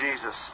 Jesus